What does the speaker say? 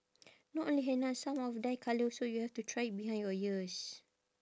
not only henna some of dye colour also you have to try it behind your ears